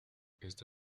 esta